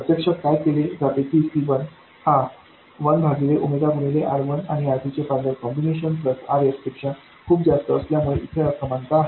प्रत्यक्षात काय केले जाते की C1 हा 1 भागिले गुणिले R1आणिR2चे पैरलेल कॉम्बिनेशन प्लसRS पेक्षा खूपच जास्त असल्यामुळे इथे असमानता आहे